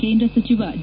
ಕೇಂದ್ರ ಸಚಿವ ಡಿ